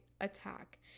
attack